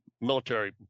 military